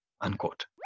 unquote